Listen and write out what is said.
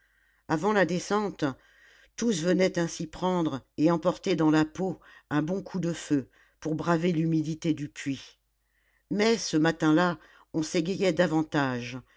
avant la descente tous venaient ainsi prendre et emporter dans la peau un bon coup de feu pour braver l'humidité du puits mais ce matin-là on s'égayait davantage